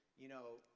you know,